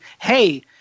hey